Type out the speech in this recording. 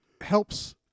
helps